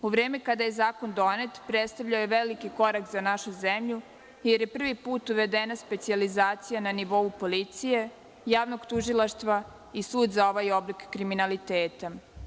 U vreme kada je zakon donet predstavljao je veliki korak za našu zemlju, jer je prvi put uvedena specijalizacija na nivou policije, javnog tužilaštva i sud za ovaj oblik kriminaliteta.